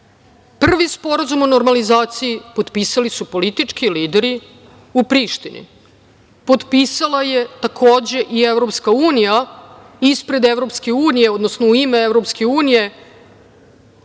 Prvi sporazum o normalizaciji potpisali su politički lideri u Prištini. Potpisala je takođe i Evropska unija, u ime Evropske unije njihova visoka predstavnica